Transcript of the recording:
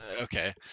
Okay